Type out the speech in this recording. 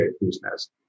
business